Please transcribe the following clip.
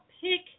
pick